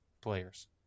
players